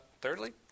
thirdly